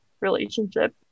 relationship